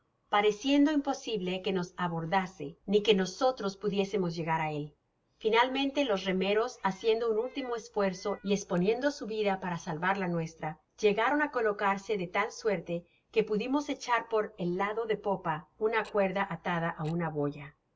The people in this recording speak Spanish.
pareciendo imposible que nos abordase ni que nosotros pudiésemos llegar á él finalmente los remeros haciendo un último esfuerzo y esponiendo su vida por salvar la nuestra llegaron á colocarse de tal suerte que pudimos echar por el lado de popa una cuerda atada á una boya a